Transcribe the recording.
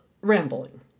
rambling